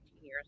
years